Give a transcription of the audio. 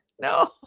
No